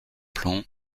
plan